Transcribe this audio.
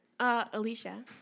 Alicia